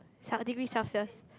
cel~ degree Celsius